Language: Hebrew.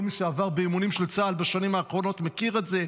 כל מי שעבר באימונים של צה"ל בשנים האחרונות מכיר את זה.